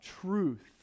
truth